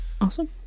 Awesome